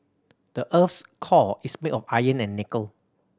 the earth's core is made of iron and nickel